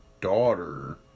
daughter